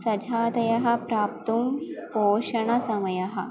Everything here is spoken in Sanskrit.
सजातयः प्राप्तुं पोषणसमयः